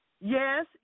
Yes